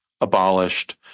abolished